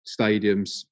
stadiums